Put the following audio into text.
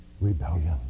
rebellion